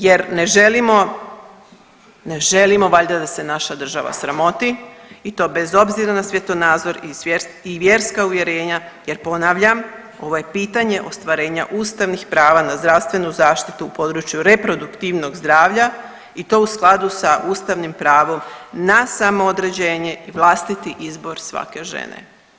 Jer ne želimo valjda da se naša država sramoti i to bez obzira na svjetonazor i vjerska uvjerenja, jer ponavljam ovo je pitanje ostvarenja ustavnih prava na zdravstvenu zaštitu u području reproduktivnog zdravlja i to u skladu sa ustavnim pravom na samo određenje i vlastiti izbor svake žene.